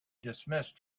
dismissed